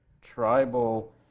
tribal